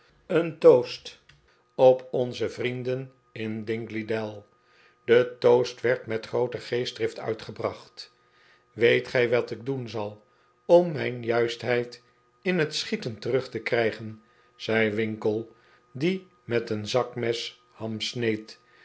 een toast op onze vrienden in dingley dell de toast werd met groote geestdrift uitgebracht weet gij wat ik doen zal om mijn juistheid in het schieten terug te krijgen zei winkle die met een zakmes